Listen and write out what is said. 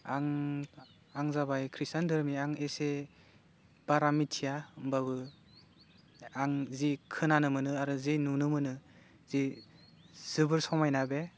आं आं जाबाय ख्रिस्टान धोरोमनि आं एसे बारा मिथिया होनबाबो आं जि खोनानो मोनो आरो जि नुनो मोनो जि जोबोर समायना बे